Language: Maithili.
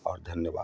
आओर धन्यवाद